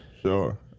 Sure